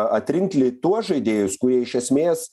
atrinkti tuos žaidėjus kurie iš esmės